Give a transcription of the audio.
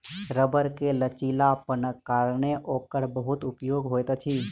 रबड़ के लचीलापनक कारणेँ ओकर बहुत उपयोग होइत अछि